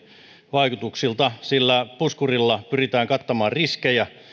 vaikutuksilta sillä puskurilla pyritään kattamaan riskejä